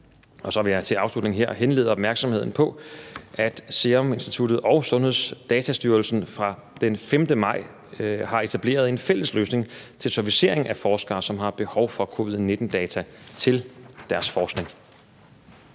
til afslutning her henlede opmærksomheden på, at Seruminstituttet og Sundhedsdatastyrelsen fra den 5. maj har etableret en fælles løsning til servicering af forskere, som har behov for covid-19-data til deres forskning.